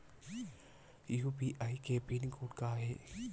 UPI के pin code का हे?